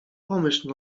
pomyśl